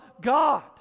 God